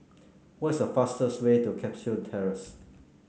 what is the fastest way to Cashew Terrace